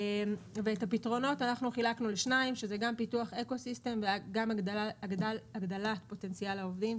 את הפתרונות חילקנו לשניים: פיתוח אקוסיסטם והגדלת פוטנציאל העובדים,